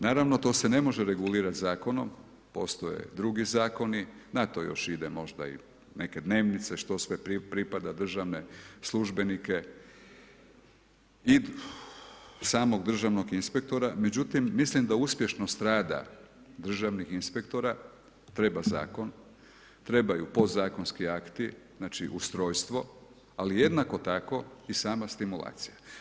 Naravno to se ne može regulirati zakonom, postoje drugi zakoni, na to još ide možda i neke dnevnice što sve pripada državne službenike i samog državnog inspektora, međutim mislim da uspješnost rada državnih inspektora treba zakon, trebaju podzakonski akti, znači ustrojstvo ali jednako tako i sama stimulacija.